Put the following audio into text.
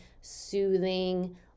soothing